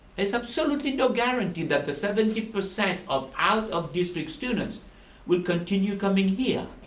is absolutely no guarantee that the seventy percent of out of district students will continue coming here.